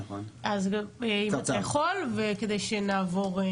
אז אם אתה יכול וכדי שנעבור.